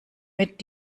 mit